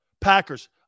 Packers